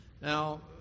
Now